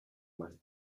más